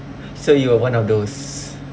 so you were one of those